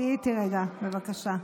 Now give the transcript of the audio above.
תהיי איתי רגע, בבקשה,